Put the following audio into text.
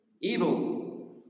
Evil